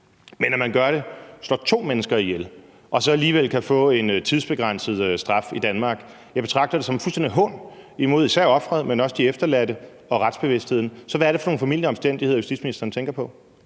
men at man kan slå to mennesker ihjel og så alligevel få en tidsbegrænset straf i Danmark, betragter jeg som en fuldstændig hån, især mod offeret, men også mod de efterladte og retsbevidstheden. Så hvad er det for nogle formildende omstændigheder, justitsministeren tænker på?